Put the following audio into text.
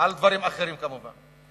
דברים אחרים כמובן.